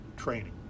training